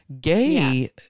gay